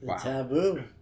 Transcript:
taboo